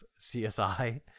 CSI